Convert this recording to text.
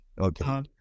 Okay